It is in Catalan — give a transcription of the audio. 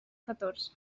catorze